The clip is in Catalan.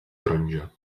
taronja